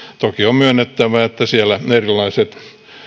toki on myönnettävä että siellä erilaiset